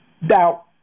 Now